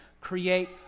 create